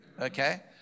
Okay